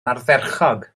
ardderchog